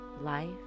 Life